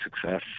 success